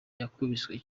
yakubiswe